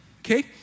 okay